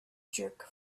jerk